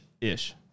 Ish